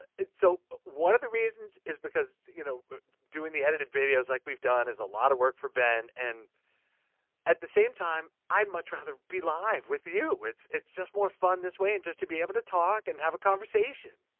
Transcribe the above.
so one of the reasons is because you know doing the edited videos, like we've done, is a lot of work for ben, and at the same time, i'd much rather be live, with you! it's it's just more fun this way, and just to be able to talk and have a conversation.